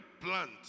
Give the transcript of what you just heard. plant